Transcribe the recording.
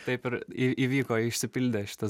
taip ir ir įvyko išsipildė šitas